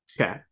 Okay